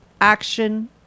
Action